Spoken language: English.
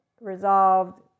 resolved